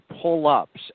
pull-ups